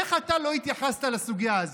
איך אתה לא התייחסת לסוגיה הזאת?